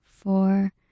four